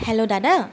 hello দাদা